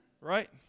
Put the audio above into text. Right